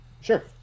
Sure